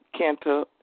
Kenta